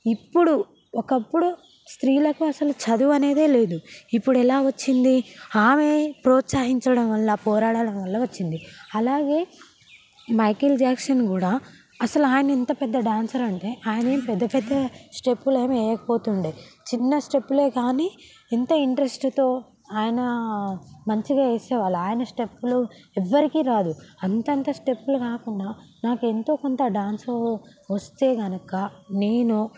ఇప్పుడు ఒకప్పుడు స్త్రీలకు అసలు చదువు అనేదే లేదు ఇప్పుడు ఎలా వచ్చింది ఆమె ప్రోత్సహించడం వల్ల పోరాడడం వల్ల వచ్చింది అలాగే మైకేల్ జాక్సన్ కూడా అసలు ఆయన ఇంత పెద్ద డాన్సర్ అంటే ఆయన ఏమి పెద్ద పెద్ద స్టెప్పులు ఏమీ వేయకపోతుండే చిన్న స్టెప్పులే కానీ ఎంత ఇంట్రెస్ట్తో ఆయన మంచిగా ఏసేవాళ్లు ఆయన స్టెప్పులు ఎవ్వరికి రాదు అంతంత స్టెప్పులు కాకుండా నాకు ఎంతో కొంత డ్యాన్స్ వస్తే గనక నేను